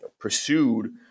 pursued